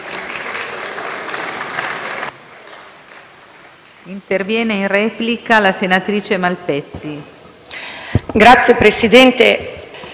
Grazie